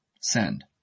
Send